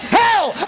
hell